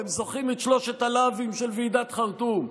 אתם זוכרים את שלושת הלאווים של ועידת חרטום?